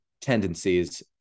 tendencies